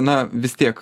na vis tiek